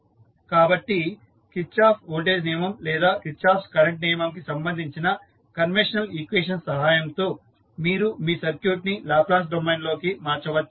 కాబట్టి Kirchhoff voltage నియమం లేదా కిర్చాఫ్ కరెంట్ నియమంకి సంబంధించిన కన్వెన్షనల్ ఈక్వేషన్స్ సహాయంతో మీరు మీ సర్క్యూట్ ని లాప్లాస్ డొమైన్ లోకి మార్చవచ్చు